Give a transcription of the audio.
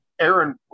Aaron